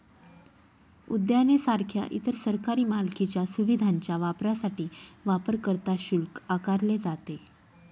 उद्याने सारख्या इतर सरकारी मालकीच्या सुविधांच्या वापरासाठी वापरकर्ता शुल्क आकारले जाते